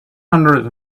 hundred